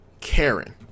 Karen